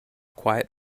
quiet